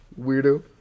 Weirdo